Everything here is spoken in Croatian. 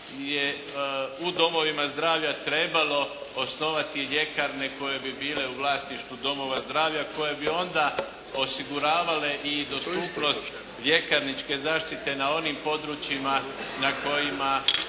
u domovima zdravlja trebalo osnovati ljekarne koje bi bile u vlasništvu domova zdravlja koje bi onda osiguravale i dostupnost ljekarničke zaštite na onim područjima na kojima